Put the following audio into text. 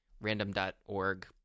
random.org